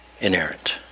inerrant